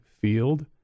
field